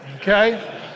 okay